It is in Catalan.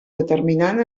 determinant